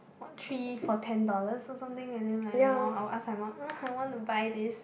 what three for ten dollars or something and then like ma I will ask my mum I want to buy this